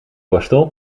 borstel